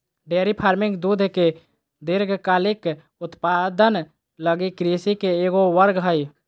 dairy farming दूध के दीर्घकालिक उत्पादन लगी कृषि के एगो वर्ग हइ